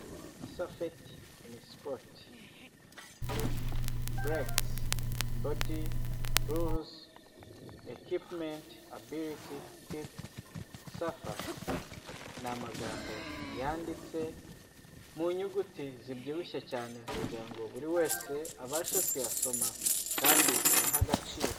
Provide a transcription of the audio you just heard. Safeti ini sipoti .Burekisi ,bodi, ruruzi ekipumenti, abiriti hiti safasi. Ni amagambo yanditse mu nyuguti zibyibushye cyane kugira ngo buri wese abashe kuyasoma kandi ayahe agaciro.